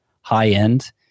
high-end